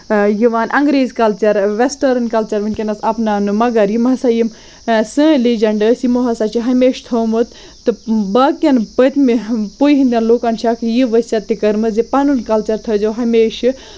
یِوان انگریٖزۍ کَلچَر وٮ۪سٹٲرٕن کَلچَر وٕنۍکٮ۪نَس اپناونہٕ مگر یِم ہسا یِم سٲنۍ لیجَنٛٹ ٲسۍ یِمو ہسا چھِ ہمیشہِ تھوومُت تہٕ باقِیَن پٔتۍمہِ پُیہِ ہِنٛدٮ۪ن لوٗکَن چھَکھ یہِ وصیت تہِ کٔرمٕژ زِ پَنُن کَلچَر تھٲیزیو ہمیشہِ